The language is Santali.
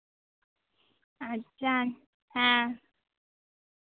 ᱟᱪᱪᱷᱟ ᱦᱮᱸ